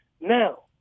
now